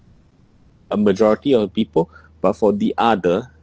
a majority of the people but for the other